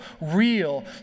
real